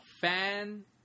fan